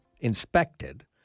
inspected